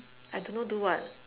I don't know do what